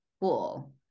cool